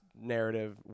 narrative